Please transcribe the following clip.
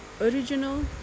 original